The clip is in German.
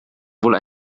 wohl